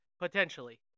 potentially